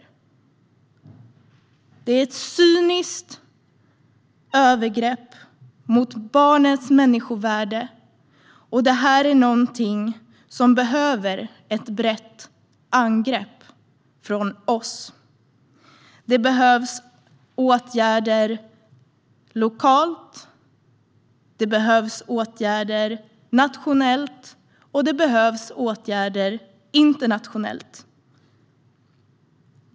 Detta är ett cyniskt övergrepp mot barnets människovärde och någonting som behöver ett brett angrepp från oss. Det behövs åtgärder lokalt, nationellt och internationellt.